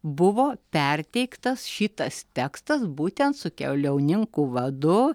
buvo perteiktas šitas tekstas būtent su keliauninkų vadu